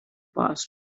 passed